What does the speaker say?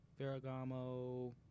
Ferragamo